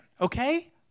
okay